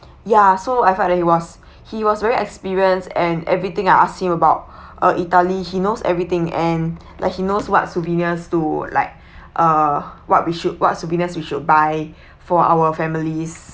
ya so I felt that he was he was very experienced and everything I asked him about uh italy he knows everything and like he knows what souvenirs to like uh what we should what souvenirs we should buy for our families